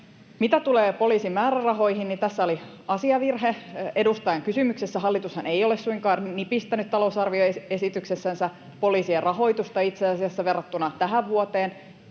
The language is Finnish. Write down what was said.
Mitä tulee poliisin määrärahoihin, niin tässä edustajan kysymyksessä oli asiavirhe. Hallitushan ei ole suinkaan nipistänyt talousarvioesityksessään poliisien rahoituksesta itse asiassa verrattuna tähän vuoteen.